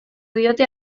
diote